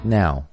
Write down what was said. now